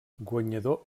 guanyador